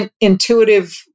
intuitive